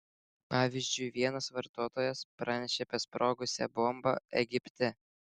pavyzdžiui vienas vartotojas pranešė apie sprogusią bombą egipte